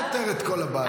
זה לא פותר את כל הבעיות.